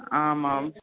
आमाम्